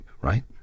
right